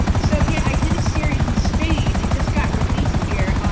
so yeah, i did a series in spain. it just got released here.